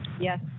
Yes